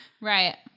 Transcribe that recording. Right